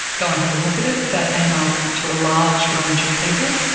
go and have a look at it. that email went to a large range of people,